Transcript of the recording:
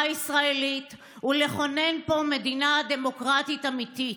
הישראלית ולכונן פה מדינה דמוקרטית אמיתית.